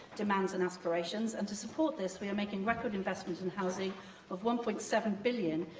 demands and aspirations, and, to support this, we are making record investment in housing of one point seven billion